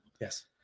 Yes